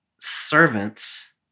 servants